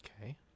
Okay